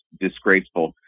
disgraceful